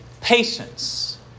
patience